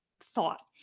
thought